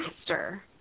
master